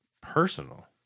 Personal